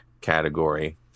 category